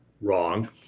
wrong